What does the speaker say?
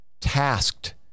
tasked